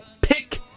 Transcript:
Pick